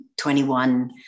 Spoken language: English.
21